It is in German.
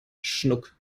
schnuck